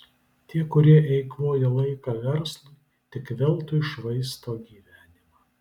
tie kurie eikvoja laiką verslui tik veltui švaisto gyvenimą